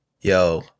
yo